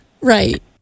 Right